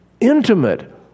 Intimate